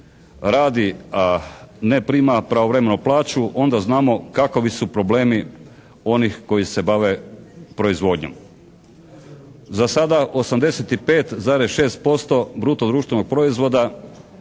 radi, ne prima pravovremeno plaću onda znamo kakovi su problemi onih koji se bave proizvodnjom. Za sada 85,6% bruto društvenog proizvoda